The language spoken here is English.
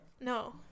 No